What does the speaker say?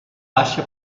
baixa